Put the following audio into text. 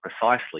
precisely